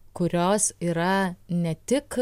kurios yra ne tik